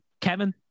Kevin